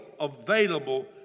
available